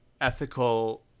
ethical